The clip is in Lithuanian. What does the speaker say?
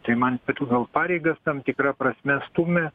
tai man gal pareigas tam tikra prasme stūmė